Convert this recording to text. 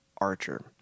Archer